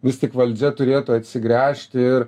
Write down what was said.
vis tik valdžia turėtų atsigręžti ir